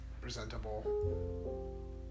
Presentable